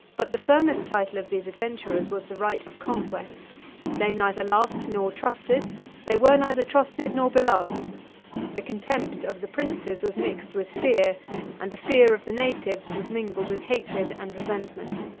but the firmest title of these adventurers was the right of conquest they neither loved nor trusted they were neither trusted nor beloved the contempt of the princes was mixed with fear and the fear of the natives was mingled with hatred and resentment.